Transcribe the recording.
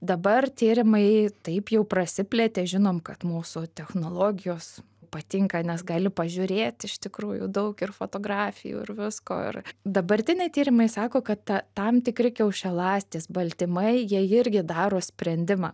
dabar tyrimai taip jau prasiplėtė žinom kad mūsų technologijos patinka nes gali pažiūrėt iš tikrųjų daug ir fotografijų ir visko ir dabartiniai tyrimai sako kad tam tikri kiaušialąstės baltymai jie irgi daro sprendimą